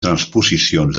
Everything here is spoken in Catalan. transposicions